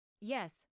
Yes